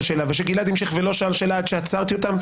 שאלה ושגלעד המשיך ולא שאל אלה עד שעצרתי אותם?